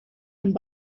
and